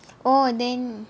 orh then